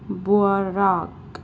ਬੁਆਰਕ